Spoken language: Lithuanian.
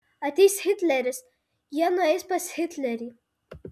ateis hitleris jie nueis pas hitlerį